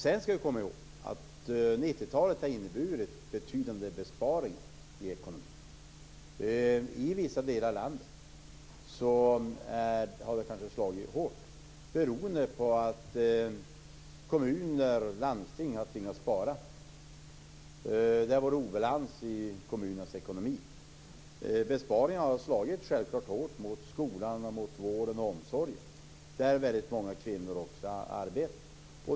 Sedan skall vi komma ihåg att 90-talet har inneburit betydande besparingar i ekonomin. I vissa delar av landet har det kanske slagit hårt beroende på att kommuner och landsting har tvingats spara. Det har varit obalans i kommunernas ekonomi. Besparingarna har självfallet slagit hårt mot skolan, vården och omsorgen, där väldigt många kvinnor också arbetar.